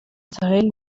israel